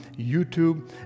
YouTube